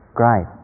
great